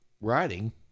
writing